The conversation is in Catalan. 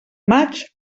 maig